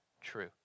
true